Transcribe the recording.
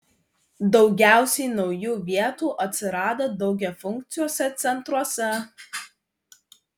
daugiausiai naujų vietų atsirado daugiafunkciuose centruose